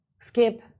Skip